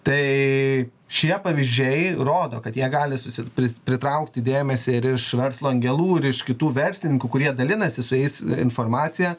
tai šie pavyzdžiai rodo kad jie gali susi pri pritraukti dėmesį ir iš verslo angelų ir iš kitų verslininkų kurie dalinasi su jais informacija